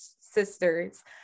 sisters